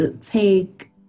take